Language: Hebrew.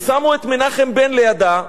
ושמו את מנחם בן לידה,